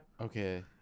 Okay